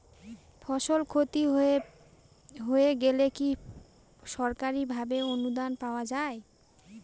ফসল ক্ষতি হয়ে গেলে কি সরকারি ভাবে অনুদান পাওয়া য়ায়?